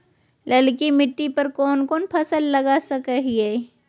ललकी मिट्टी पर कोन कोन फसल लगा सकय हियय?